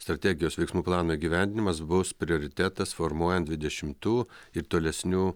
strategijos veiksmų plano įgyvendinimas bus prioritetas formuojant dvidešimtų ir tolesnių